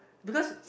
because